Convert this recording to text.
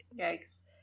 Yikes